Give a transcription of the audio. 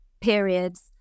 periods